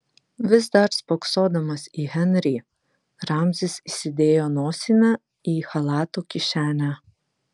vis dar spoksodamas į henrį ramzis įsidėjo nosinę į chalato kišenę